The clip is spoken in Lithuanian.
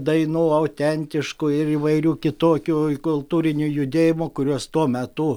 dainų autentiškų ir įvairių kitokių kultūrinių judėjimų kuriuos tuo metu